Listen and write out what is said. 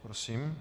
Prosím.